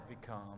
become